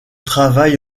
travail